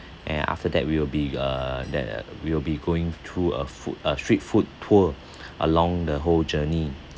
and after that we will be uh there we will be going through a food uh street food tour along the whole journey